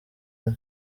umwe